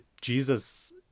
Jesus